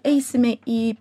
eisime į